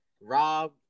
Rob